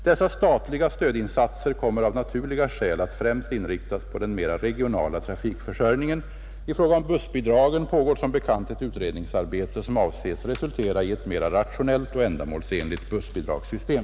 Dessa statliga stödinsatser kommer av naturliga skäl att främst inriktas på den mera regionala trafikförsörjningen. I fråga om bussbidragen pågår som bekant ett utredningsarbete, som avses resultera i ett mera rationellt och ändamålsenligt bussbidragssystem.